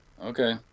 Okay